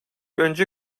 önce